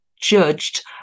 judged